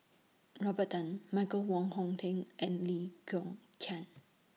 Robert Tan Michael Wong Hong Teng and Lee Kong Chian